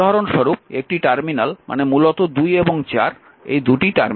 উদাহরণস্বরূপ একটি টার্মিনাল মানে মূলত 2 এবং 4 এই 2টি টার্মিনাল